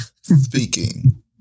speaking